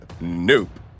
Nope